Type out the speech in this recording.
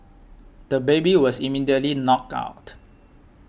the baby was immediately knocked out